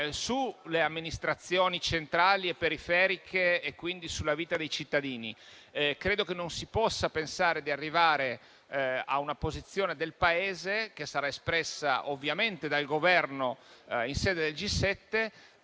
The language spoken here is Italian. sulle amministrazioni centrali e periferiche e quindi sulla vita dei cittadini. Io non credo si possa pensare di arrivare ad una posizione del Paese, che sarà espressa, ovviamente, dal Governo in sede di G7,